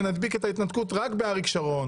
ונדביק את ההתנתקות רק באריק שרון,